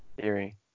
theory